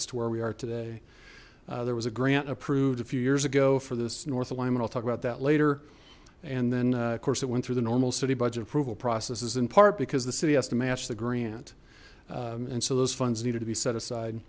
to where we are today there was a grant approved a few years ago for this north alignment i'll talk about that later and then of course it went through the normal city budget approval processes in part because the city has to match the grant and so those funds needed to be set aside